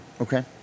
Okay